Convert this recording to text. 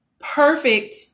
perfect